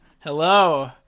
Hello